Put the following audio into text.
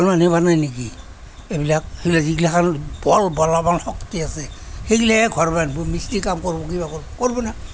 ভাল মানুহে বান্ধে নেকি এইবিলাক যি গিলাখন বৰ বলবান শক্তি আছে সেইবিলাকেহে ঘৰ বান্ধিব মিষ্ট্ৰী কাম কৰিব কিবা কৰিব কৰিব না